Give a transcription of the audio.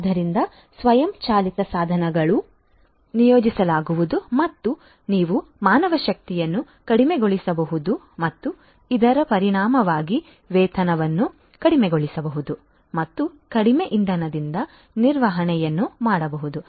ಆದ್ದರಿಂದ ಸ್ವಯಂಚಾಲಿತ ಸಾಧನಗಳನ್ನು ನಿಯೋಜಿಸಲಾಗುವುದು ಮತ್ತು ನೀವು ಮಾನವಶಕ್ತಿಯನ್ನು ಕಡಿಮೆಗೊಳಿಸಬಹುದು ಮತ್ತು ಇದರ ಪರಿಣಾಮವಾಗಿ ವೇತನವನ್ನು ಕಡಿಮೆಗೊಳಿಸಬಹುದು ಮತ್ತು ಕಡಿಮೆ ಇಂಧನದಿಂದ ನಿರ್ವಹಣೆಯನ್ನು ಮಾಡಬಹುದು